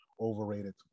overrated